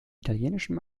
italienischen